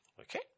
Okay